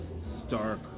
stark